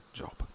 job